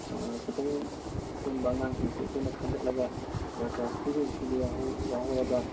ꯈꯤꯇꯪ ꯁꯣꯟꯕ ꯑꯉꯥꯡꯁꯤꯡꯁꯤ ꯑꯩꯈꯣꯏꯅ ꯈꯪꯒꯠꯂꯒ ꯑꯦꯛꯁꯇ꯭ꯔꯥ ꯀ꯭ꯂꯥꯁ ꯄꯤꯔꯤꯕꯁꯤꯗ ꯌꯥꯍꯧꯔꯒ